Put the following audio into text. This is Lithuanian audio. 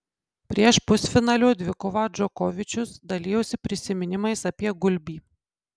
prieš pusfinalio dvikovą džokovičius dalijosi prisiminimais apie gulbį